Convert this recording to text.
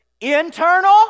internal